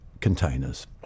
containers